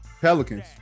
Pelicans